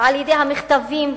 על-ידי מכתבים,